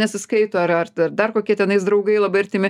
nesiskaito ar ar dar kokie tenais draugai labai artimi